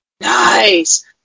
Nice